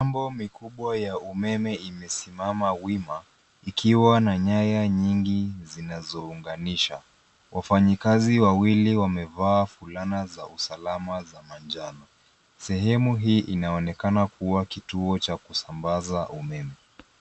Mabango mikubwa ya umeme imesimama wima ikiwa na nyaya nyingi zinazo unganisha. Wafanyikazi wawili wamevaa fulana za usalama za manjano. Sehemu hii inaonekana kua kituo cha kusambaza umeme.